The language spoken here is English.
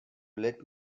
let